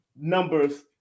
numbers